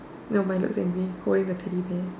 no mine looks angry holding the teddy bear